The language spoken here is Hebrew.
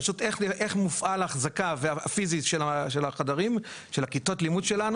אלא איך מופעלת האחזקה הפיזית של החדרים ושל כיתות הלימוד שלנו.